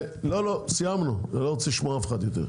לא, סיימנו, אני לא רוצה לשמוע אף אחד יותר.